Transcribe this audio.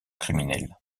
criminelle